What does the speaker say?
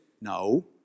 No